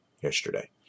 yesterday